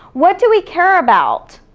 what do we care about?